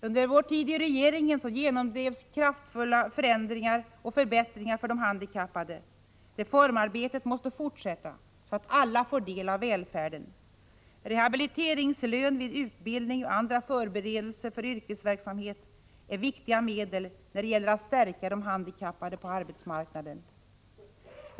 Under vår tid i regeringen genomdrevs kraftfulla förbättringar för de handikappade. Reformarbetet måste fortsätta så att alla får del av välfärden. Rehabiliteringslön vid utbildning och andra förberedelser för yrkesverksamhet är viktiga medel när det gäller att stärka de handikappade på arbetsmarknaden.